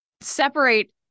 separate